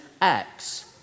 Acts